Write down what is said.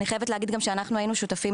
אני חייבת להגיד גם שאנחנו היינו שותפים